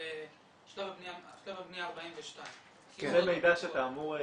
שלב הבנייה --- זה מידע שאתה אמור,